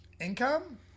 income